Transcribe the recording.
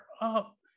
up